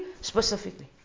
specifically